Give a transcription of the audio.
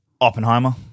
Oppenheimer